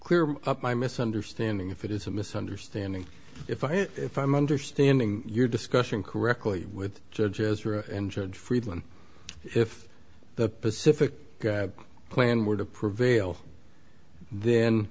clear up my misunderstanding if it is a misunderstanding if i if i'm understanding your discussion correctly with judges rule in judge friedman if the pacific plan were to prevail then